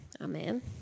Amen